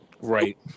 Right